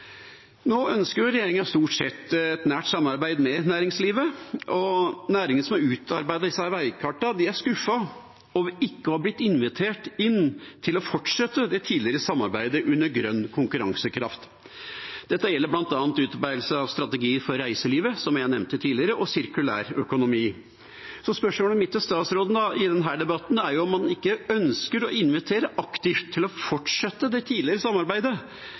Nå ønsker regjeringa stort sett et nært samarbeid med næringslivet, og næringene som har utarbeidet disse veikartene, er skuffet over ikke å ha blitt invitert inn til å fortsette det tidligere samarbeidet om grønn konkurransekraft. Dette gjelder bl.a. utarbeidelse av strategier for reiselivet, som jeg nevnte tidligere, og sirkulærøkonomi. Så spørsmålet mitt til statsråden i denne debatten er om han ikke ønsker å invitere aktivt til å fortsette det tidligere samarbeidet